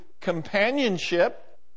companionship